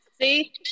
See